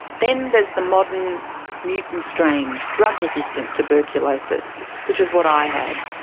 then there's the modern mutant strain, drug resistant tuberculosis, which is what i had.